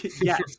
Yes